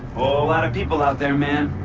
whole lot of people out there, man.